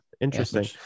Interesting